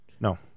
No